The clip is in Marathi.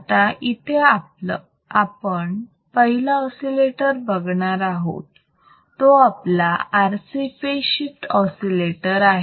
आता इथे आपण पहिला ऑसिलेटर बघणार आहोत जो आपला RC फेज शिफ्ट ऑसिलेटर आहे